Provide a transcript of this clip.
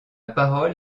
parole